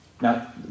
Now